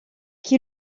qui